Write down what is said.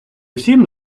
всім